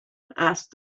asked